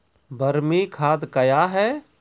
बरमी खाद कया हैं?